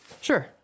sure